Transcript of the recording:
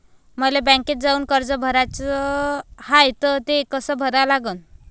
मले बँकेत जाऊन कर्ज भराच हाय त ते कस करा लागन?